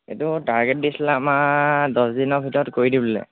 এইটো টাৰ্গেট দিছিলে আমাৰ দছদিনৰ ভিতৰত কৰি দিবলৈ